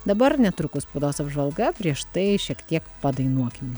dabar netrukus spaudos apžvalga prieš tai šiek tiek padainuokim